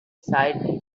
sighed